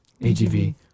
AGV